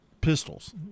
pistols